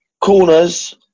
Corners